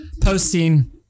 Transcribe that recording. posting